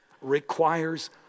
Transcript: requires